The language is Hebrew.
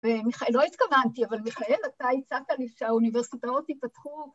‫ולא התכוונתי, אבל מיכאל, ‫אתה הצעת לי שהאוניברסיטאות ייפתחו.